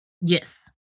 Yes